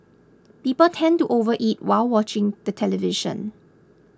people tend to overeat while watching the television